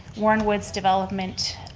warnwoods development,